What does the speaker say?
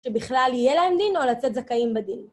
שבכלל יהיה להם דין או לצאת זכאים בדין.